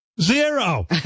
Zero